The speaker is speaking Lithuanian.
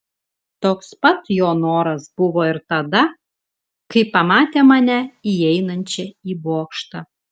toks pat jo noras buvo ir tada kai pamatė mane įeinančią į bokštą